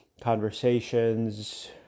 conversations